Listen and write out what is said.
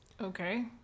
okay